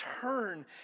turn